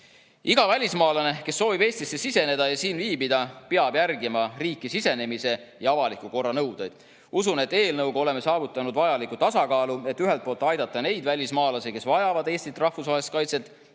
välismaalane, kes soovib Eestisse siseneda ja siin viibida, peab järgima riiki sisenemise ja avaliku korra nõudeid. Usun, et eelnõuga oleme saavutanud vajaliku tasakaalu, et ühelt poolt aidata neid välismaalasi, kes vajavad Eestilt rahvusvahelist kaitset,